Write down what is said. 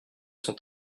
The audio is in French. sont